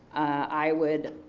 i would.